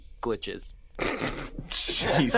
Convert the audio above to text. glitches